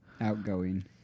outgoing